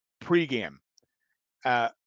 pre-game